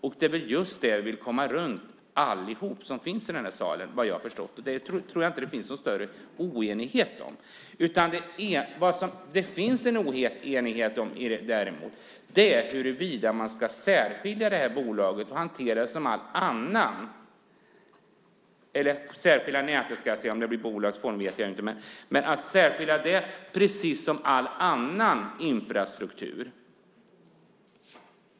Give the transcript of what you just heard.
Vad jag har förstått är det detta vi alla i den här salen har velat komma runt. Jag tror inte att det finns någon större oenighet om detta. Oenigheten råder om huruvida man ska särskilja nätet - om det blir bolagsform vet jag inte - precis som alla annan infrastruktur.